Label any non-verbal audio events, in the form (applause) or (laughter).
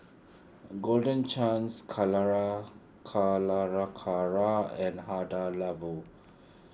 Golden Chance Calera (unintelligible) and Hada Labo